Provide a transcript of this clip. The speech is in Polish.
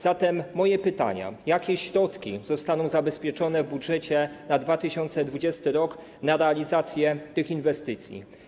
Zatem moje pytania: Jakie środki zostaną zabezpieczone w budżecie na 2020 r. na realizację tych inwestycji?